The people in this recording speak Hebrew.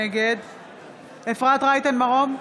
נגד אפרת רייטן מרום,